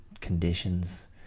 conditions